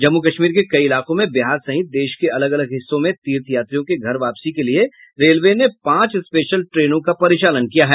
जम्मू कश्मीर के कई इलाकों में बिहार सहित देश के अलग अलग हिस्सों में तीर्थ यात्रियों के घर वापसी के लिये रेलवे ने पांच स्पेशल ट्रेनों का परिचालन किया है